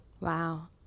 Wow